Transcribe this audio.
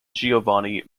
giovanni